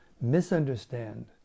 misunderstand